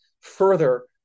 further